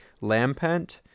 lampent